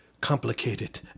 complicated